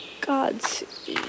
Gods